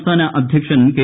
സംസ്ഥാന അദ്ധ്യക്ഷൻ കെ